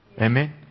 Amen